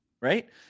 Right